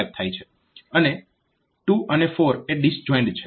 અને 2 તથા 4 એ ડિસજોઇન્ડ છે